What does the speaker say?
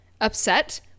upset